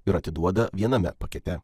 ir atiduoda viename pakete